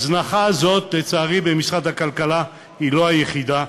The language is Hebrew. ההזנחה הזאת, לצערי, במשרד הכלכלה, היא לא היחידה.